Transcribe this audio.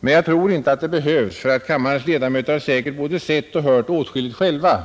Men jag tror inte det behövs; riksdagens ledamöter har säkert både sett och hört åtskilligt själva